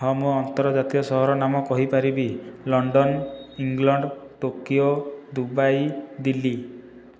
ହଁ ମୁଁ ଆର୍ନ୍ତଜାତୀୟ ସହରର ନାମ କହିପାରିବି London England Tokyo Dubai Delhi